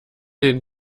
den